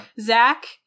Zach